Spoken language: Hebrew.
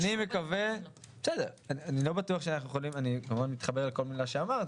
אני כמובן מתחבר לכל מילה שאמרת,